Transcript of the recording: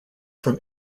from